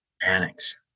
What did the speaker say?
panics